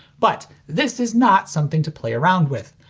but this is not something to play around with.